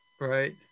right